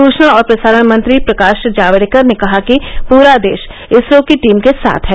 सूचना और प्रसारण मंत्री प्रकाश जावड़ेकर ने कहा कि पूरा देश इसरो की टीम के साथ है